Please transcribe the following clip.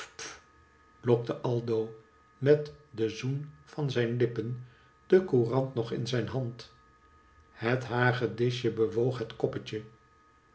ppp lokte aldo met den zoen van zijn lippen de courant nog in zijn hand het hagedisje bewoog het koppetje